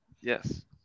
Yes